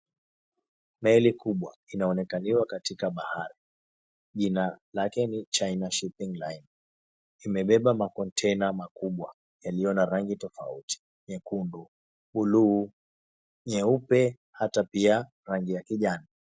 Meli kubwa inaonekaniwa katika bahari, jina lake ni China Shipping Line . Imebeba makontena makubwa yaliyo na rangi ya tofauti, nyekundu, bluu, nyeupe ata pia rangi ya kijani.